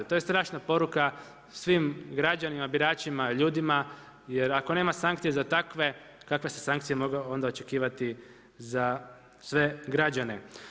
To je strašna poruka, svim građanima, biračima, ljudima, jer ako nema sankcije za takve, kakve se sankcije može očekivati za sve građane?